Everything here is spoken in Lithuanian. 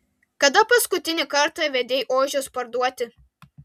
kada paskutinį kartą vedei ožius parduoti